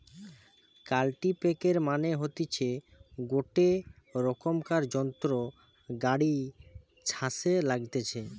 কাল্টিপ্যাকের মানে হতিছে গটে রোকমকার যন্ত্র গাড়ি ছাসে লাগতিছে